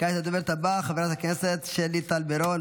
הדוברת הבאה, חברת הכנסת שלי טל מירון.